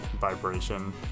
Vibration